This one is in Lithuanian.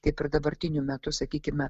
kaip ir dabartiniu metu sakykime